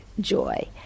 joy